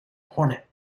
hornet